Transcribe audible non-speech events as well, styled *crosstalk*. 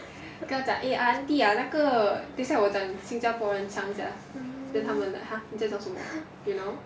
*laughs*